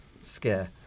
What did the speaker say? scare